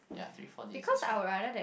ya three four days is good